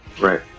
Right